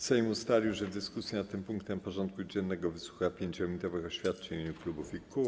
Sejm ustalił, że w dyskusji nad tym punktem porządku dziennego wysłucha 5-minutowych oświadczeń w imieniu klubów i kół.